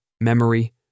memory